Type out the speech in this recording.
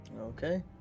Okay